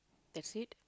that's it